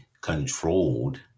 controlled